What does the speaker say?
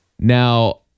Now